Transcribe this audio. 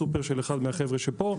סופר של אחד מהחבר'ה שפה.